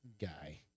guy